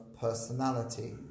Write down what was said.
personality